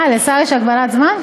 אה, לשר יש הגבלת זמן?